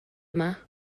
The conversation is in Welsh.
yma